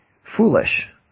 foolish